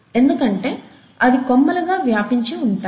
ఎందుకంటే అవి కొమ్మలుగా వ్యాపించి ఉంటాయి